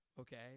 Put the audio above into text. okay